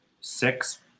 six